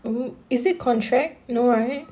oo is it contract no right